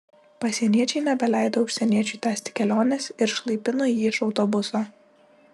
pasieniečiai nebeleido užsieniečiui tęsti kelionės ir išlaipino jį iš autobuso